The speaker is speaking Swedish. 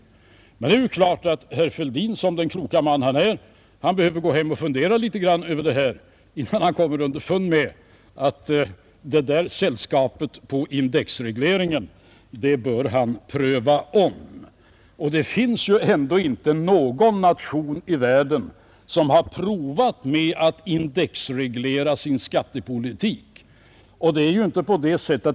Men det är klart att herr Fälldin, som den kloka man han är, behöver gå hem och fundera lite grand över det här innan han kommer underfund med att han bör pröva om sin inställning till sällskapet när det gäller indexregerlingen. Ingen nation i världen har prövat på att indexreglera sin skattepolitik.